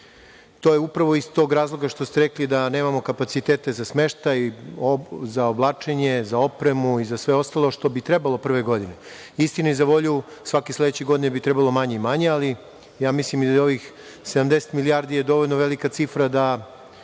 je upravo iz tog razloga što ste rekli da nemamo kapacitete za smeštaj, za oblačenje, za opremu i za sve ostalo što bi trebalo prve godine. Istini za volju, svake sledeće godine bi trebalo manje i manje, ali mislim da je i ovih 70 milijardi dovoljno velika cifra da